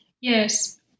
Yes